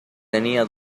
tenía